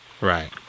right